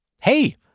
hey